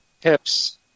Hips